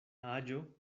aĝo